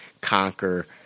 conquer